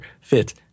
fit